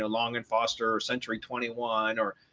ah long and foster century twenty one or,